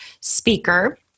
speaker